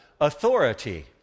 authority